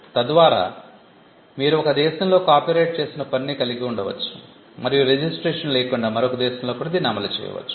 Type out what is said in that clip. తద్వారా మీరు ఒక దేశంలో కాపీరైట్ చేసిన పనిని కలిగి ఉండవచ్చు మరియు రిజిస్ట్రేషన్ లేకుండా మరొక దేశంలో కూడా దీన్ని అమలు చేయవచ్చు